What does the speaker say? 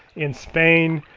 in spain,